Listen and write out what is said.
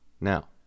Now